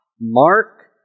Mark